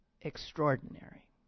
extraordinary